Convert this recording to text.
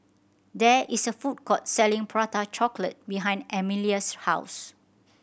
there is a food court selling Prata Chocolate behind Emilia's house